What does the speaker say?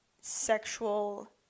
sexual